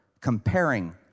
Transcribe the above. comparing